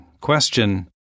Question